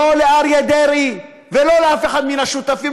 לא לאריה דרעי ולא לאף אחד מן השותפים.